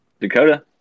Dakota